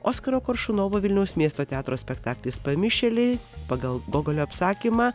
oskaro koršunovo vilniaus miesto teatro spektaklis pamišėlė pagal gogolio apsakymą